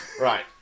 Right